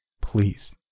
Please